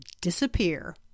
disappear